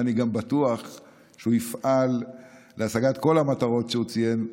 ואני גם בטוח שהוא יפעל להשגת כל המטרות שהוא ציין,